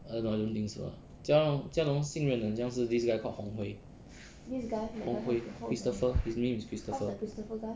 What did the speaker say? err no I don't think so ah jia long jia long 信任的好像是 this guy called hong hui hong hui christopher his name is christopher